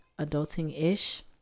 adulting-ish